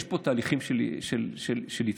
יש פה תהליכים של התקדמות.